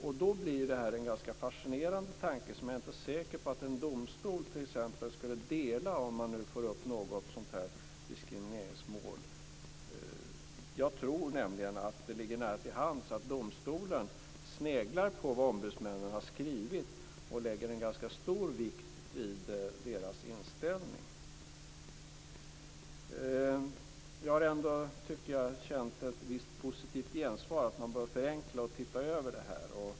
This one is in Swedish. Detta blir då en ganska fascinerande tanke som jag inte är säker på att t.ex. en domstol skulle dela om den skulle ta upp ett diskrimineringsmål. Jag tror nämligen att det ligger nära till hands att domstolen sneglar på vad ombudsmännen har skrivit och lägger en ganska stor vikt vid deras inställning. Jag har ändå känt ett visst positivt gensvar för att detta behöver förenklas och ses över.